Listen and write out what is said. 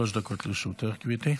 שלוש דקות לרשותך, גברתי.